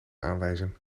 aanwijzen